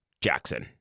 Jackson